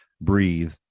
breathe